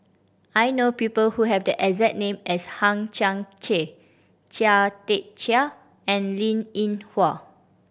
I know people who have the exact name as Hang Chang Chieh Chia Tee Chiak and Linn In Hua